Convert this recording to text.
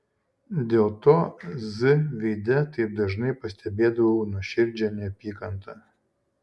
dėl to z veide taip dažnai pastebėdavau nuoširdžią neapykantą